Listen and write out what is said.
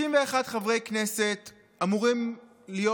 61 חברי כנסת אמורים להיות